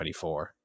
24